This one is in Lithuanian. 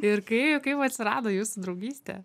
ir kaip kaip atsirado jūsų draugystė